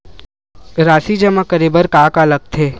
राशि जमा करे बर का का लगथे?